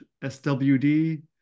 SWD